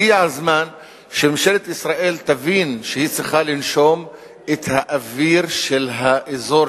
הגיע הזמן שממשלת ישראל תבין שהיא צריכה לנשום את האוויר של האזור,